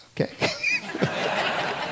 okay